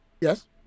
Yes